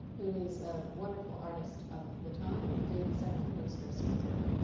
who is a wonderful artist of the time, did several posters for her.